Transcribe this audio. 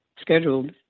scheduled